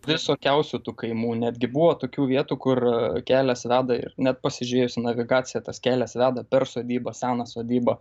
visokiausių tų kaimų netgi buvo tokių vietų kur kelias veda ir net pasižiūrėjus į navigaciją tas kelias veda per sodybą seną sodybą